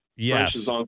Yes